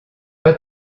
pas